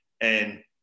And-